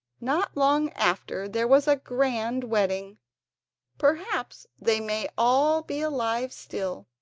not long after there was a grand wedding perhaps they may all be alive still,